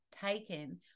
taken